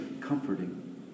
comforting